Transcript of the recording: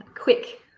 quick